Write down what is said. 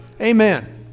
Amen